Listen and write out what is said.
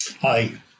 Hi